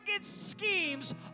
schemes